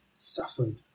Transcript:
suffered